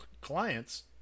clients